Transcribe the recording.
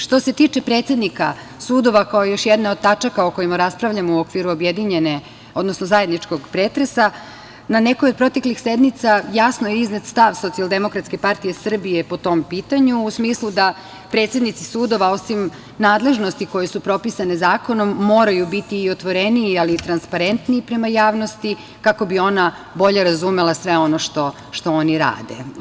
Što se tiče predsednika sudova, kao jedne od tačaka o kojima raspravljamo u okviru objedinjene, odnosno zajedničkog pretresa na nekoj od proteklih sednica jasno je iznet stav Socijaldemokratske partije Srbije po tom pitanju, u smislu da predsednici sudova osim nadležnosti koje su propisane zakonom moraju biti i otvoreniji ali i transparentniji prema javnosti kako bi ona bolje razumela sve ono što oni rade.